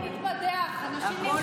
אל תתבדח, אנשים נרצחים.